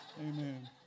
Amen